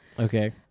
okay